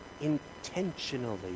intentionally